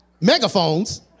megaphones